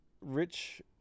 rich